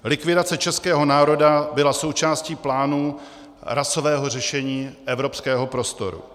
Likvidace českého národa byla součástí plánů rasového řešení evropského prostoru.